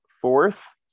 fourth